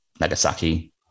nagasaki